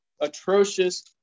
atrocious